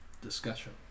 discussion